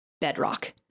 bedrock